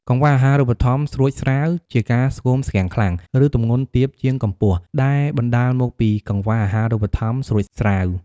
កង្វះអាហារូបត្ថម្ភស្រួចស្រាវ ជាការស្គមស្គាំងខ្លាំង ឬទម្ងន់ទាបជាងកម្ពស់ ដែលបណ្តាលមកពីកង្វះអាហារូបត្ថម្ភស្រួចស្រាវ។